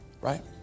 Right